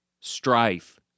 strife